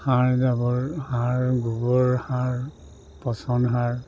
সাৰ জাবৰ সাৰ গোবৰ সাৰ পচন সাৰ